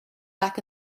back